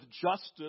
justice